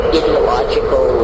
ideological